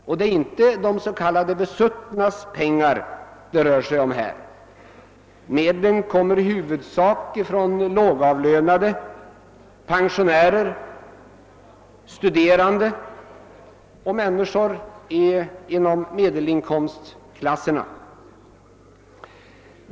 Och det är inte de s.k. besuttnas pengar det rör sig om — medlen kommer främst från lågavlönade, pensionärer, studerande och människor inom medelinkomstklasserna.